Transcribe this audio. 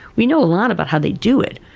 we know a lot about how they do it.